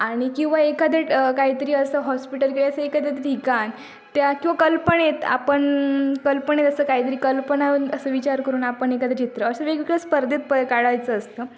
आणि किंवा एखादं काहीतरी असं हॉस्पिटल किंवा असं एखादं ठिकाण त्या किंवा कल्पनेत आपण कल्पनेत असं काहीतरी कल्पना व असं विचार करून आपण एखादं चित्र असं वेगवेगळ्या स्पर्धेत प काढायचं असतं